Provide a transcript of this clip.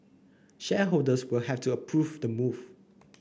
shareholders will have to approve the move